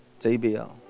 JBL